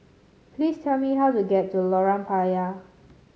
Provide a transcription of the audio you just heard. please tell me how to get to Lorong Payah